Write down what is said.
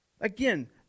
Again